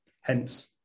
hence